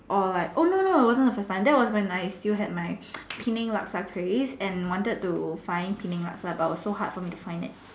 or like oh no no it was not the first time that was when I still had my Penang Laksa craves and I wanted to find Penang Laksa but it was so hard for me to find it